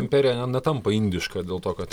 imperija netampa indiška dėl to kad